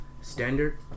standard